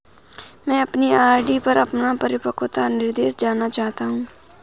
मैं अपनी आर.डी पर अपना परिपक्वता निर्देश जानना चाहता हूँ